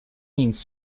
means